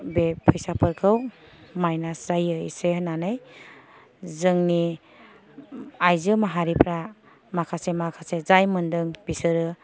बे फैसाफोरखौ माइनास जायो एसे होन्नानै जोंनि आइजो माहारिफ्रा माखासे माखासे जाय मोनदों बिसोरो